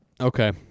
Okay